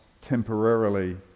temporarily